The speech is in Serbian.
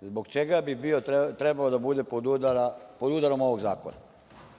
zbog čega bi trebao da bude pod udarom ovog zakona. Dakle,